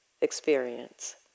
experience